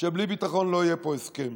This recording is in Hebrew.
שבלי ביטחון לא יהיה פה הסכם